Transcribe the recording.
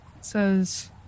Says